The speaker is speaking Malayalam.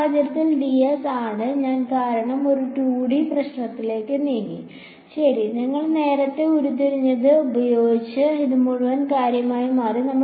ഈ സാഹചര്യത്തിൽ dS ആണ് കാരണം ഞാൻ ഒരു 2D പ്രശ്നത്തിലേക്ക് നീങ്ങി ശരി ഞങ്ങൾ നേരത്തെ ഉരുത്തിരിഞ്ഞത് ഉപയോഗിച്ച് ഇത് മുഴുവൻ കാര്യമായി മാറി